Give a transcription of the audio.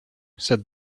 said